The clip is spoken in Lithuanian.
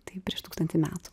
tai prieš tūkstantį metų